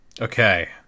Okay